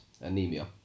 Anemia